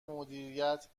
مدیریت